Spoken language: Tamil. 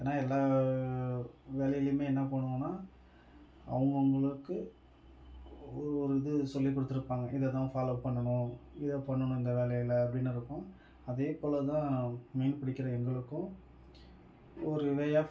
ஏன்னா எல்லா வேலையிலேயுமே என்ன பண்ணுவோம்னா அவங்கவுங்களுக்கு ஒவ்வொரு இது சொல்லிக் கொடுத்துருப்பாங்க இதைதான் ஃபாலோ பண்ணணும் இத பண்ணணும் இந்த வேலையில் அப்படின்னு இருக்கும் அதே போல்தான் மீன் பிடிக்கிற எங்களுக்கும் ஒரு வே ஆஃப்